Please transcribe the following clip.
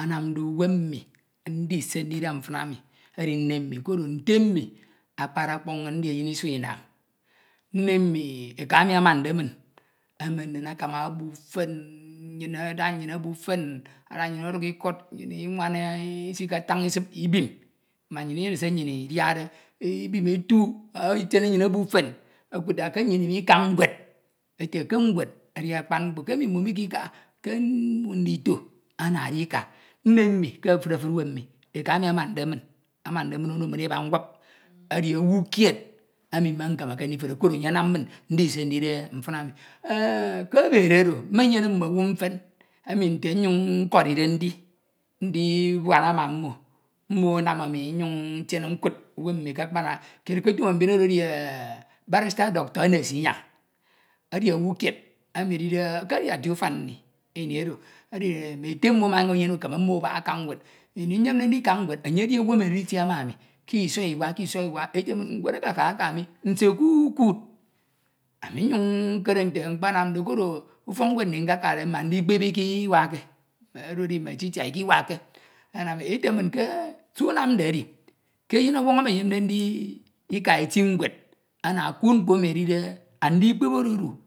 anamde uwem mmi ndise ndide mfin ami edi nne mmi koro nte mmi akpade ọkpọñ inñ. ndi eyin isua inañ. Nne mmi eka emu amamde iun emen min akama obuk nnyin ada nnyin obo ufen ada. nnyin oduk ikod nnyin inwana idem isiketan isip ibim mbak nnyin inyene se nnyin idiade, ibim eti. etiene nnyin obo ufen ekud ete ke nnyin imeka nwed ete ke nwed edi akpan mkpo ke emj inio mikekaha. ke ndito ana edika. Nne mmi ke efuri efuri uwem mi eka emi amande min onode mi eba nwap edi owu kied. enu me nkemeka ndifo koro enye anam min ndi se ndide mfin anu ke ebede oro menyene mme owu mfen emi. nte nnyin nkoide nde, ndibuana ma mmo mmo anam mi nnyin ntiene nkud uwem mi ke akpana kied ke etu. mme mbin oro edi Barister Dr Ennest inyang emi edide ekedi ati ufan nni ini oro Ete mmo amanyin enyene. ukeme mmo abak aka nwed ini nyemde ndika nwed enye edi owu enu edide editie ma ami ke isoi iwa. ke isọi iwa ete min nwed eke aka akaka mi nse ke ukuud? Ami nnyin nkere nte mkpanamde koro ufọk nni. nkekude mme andikpep ikewakke oro edi mme uicha ikiwakke ete min se unamde edi ke eyinọñwọñ eyemde. ndika eti nwed ana ekuud mkpo enu adide andikpep ededu